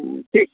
ঠিক